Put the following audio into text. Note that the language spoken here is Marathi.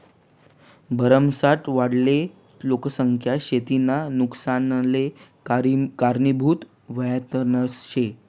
भरमसाठ वाढेल लोकसंख्या शेतीना नुकसानले कारनीभूत व्हनारज शे